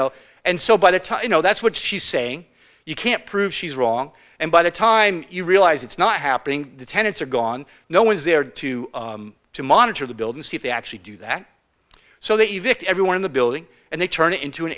know and so by the time you know that's what she's saying you can't prove she's wrong and by the time you realize it's not happening the tenants are gone no one's there to to monitor the build and see if they actually do that so that you victor everyone in the building and they turn it into an